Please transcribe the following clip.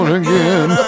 again